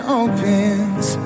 opens